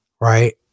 right